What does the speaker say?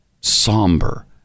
somber